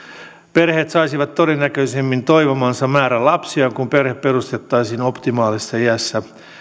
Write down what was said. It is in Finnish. perheet saisivat todennäköisemmin toivomansa määrän lapsia kun perhe perustettaisiin optimaalisessa iässä